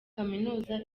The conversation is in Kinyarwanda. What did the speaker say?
kaminuza